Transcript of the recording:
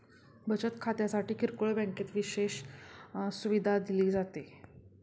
बचत खात्यासाठी किरकोळ बँकेत विशेष सुविधा दिली जाते